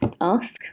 ask